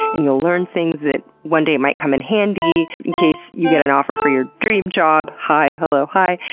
and you'll learn things that one day might come in handy in case you get an offer for your dream job. hi. hello. hi.